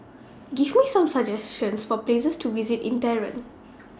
Give Me Some suggestions For Places to visit in Tehran